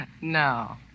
No